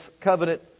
covenant